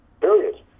Period